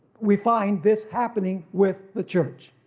we find this happening with the church.